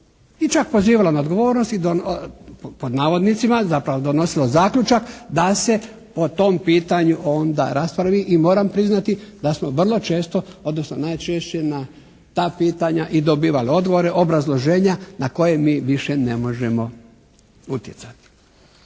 I čak pozivalo na odgovornost i zapravo "donosilo" zaključak da se o tom pitanju onda raspravi i moram priznati da smo vrlo često odnosno najčešće na ta pitanja i dobivali odgovore, obrazloženja na koje mi više ne možemo utjecati.